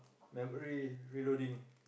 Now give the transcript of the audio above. memory reloading